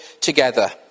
together